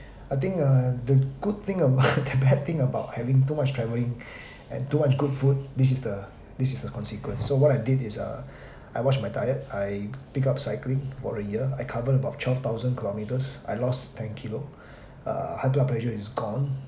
I think uh the good thing about the bad thing about having too much travelling and too much good food this is the this is the consequence so what I did is uh I watch my diet I pick up cycling for a year I covered about twelve thousand kilometres I lost ten kilo uh high blood pressure is gone